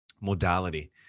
modality